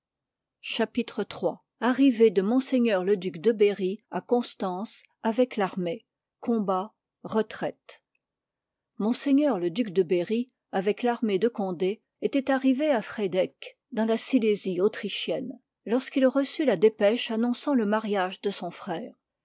chapitre iii arrivée de ms le duc de berrj à constance avec v armée combat retraite ms le duc de berry avec l'armée de g onde étoit arrivé à friedeck dans la silésie autrichienne lorsqu'il reçut la dépêche annonçant le mariage de son frère